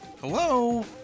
Hello